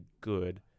good